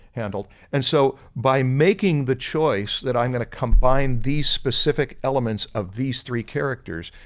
and and so, by making the choice that i'm going to combine these specific elements of these three characters,